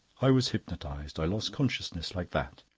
i was hypnotised. i lost consciousness like that.